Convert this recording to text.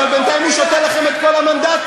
אבל בינתיים הוא שותה לכם את כל המנדטים.